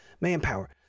manpower